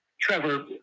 Trevor